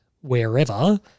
wherever